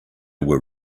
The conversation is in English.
were